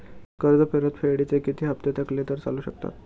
कर्ज परतफेडीचे किती हप्ते थकले तर चालू शकतात?